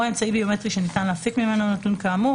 או אמצעי ביומטרי שניתן להפיק ממנו נתון כאמור,